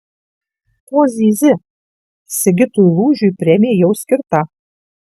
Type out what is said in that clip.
ko zyzi sigitui lūžiui premija jau skirta